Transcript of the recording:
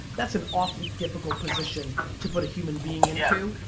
that's an awfully difficult position to put a human being into.